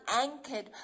anchored